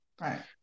Right